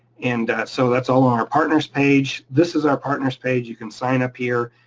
and so that's all on our partners page this is our partner's page, you can sign up here,